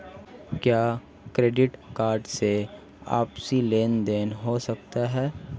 क्या credit card से आपसी लेनदेन हो सकता है?